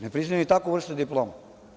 Ne priznaju im takvu vrstu diplome.